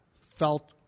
felt